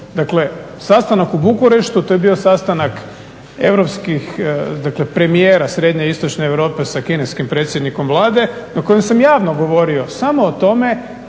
Dakle, sastanak u Bukureštu, to je bio sastanak europskih premijera srednje, istočne Europe sa kineskim predsjednikom Vlade na kojem sam javno govorio samo o tome